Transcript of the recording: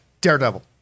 Daredevil